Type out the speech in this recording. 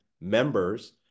members